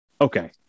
okay